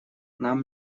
нам